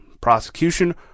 prosecution